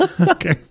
Okay